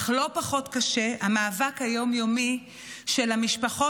אך לא פחות קשה המאבק היום-יומי של המשפחות